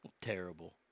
Terrible